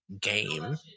game